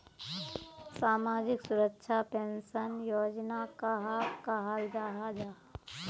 सामाजिक सुरक्षा पेंशन योजना कहाक कहाल जाहा जाहा?